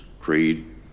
creed